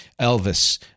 Elvis